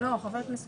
חבר הכנסת